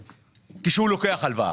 כשהוא לוקח הלוואה.